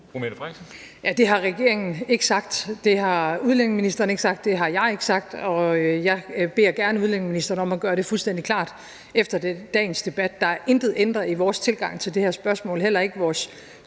Det har regeringen ikke sagt; det har udlændingeministeren ikke sagt; det har jeg ikke sagt. Jeg beder gerne udlændingeministeren om at gøre det fuldstændig klart efter dagens debat, at der intet er ændret i vores tilgang til det her spørgsmål, heller ikke i vores